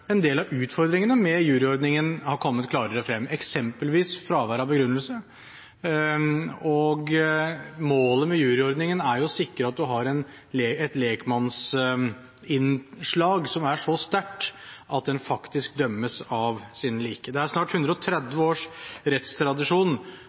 en del av utfordringene med juryordningen har kommet klarere frem – eksempelvis fravær av begrunnelse. Målet med juryordningen er å sikre at en har et lekmannsinnslag som er så sterkt at en faktisk dømmes av sine likemenn. Det er en snart 130 års rettstradisjon